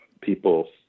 people